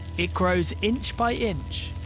it grows inch by inch,